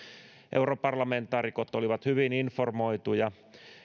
europarlamentaarikot olivat hyvin informoituja